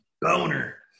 Boner